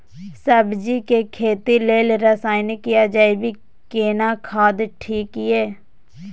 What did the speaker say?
सब्जी के खेती लेल रसायनिक या जैविक केना खाद ठीक ये?